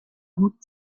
hut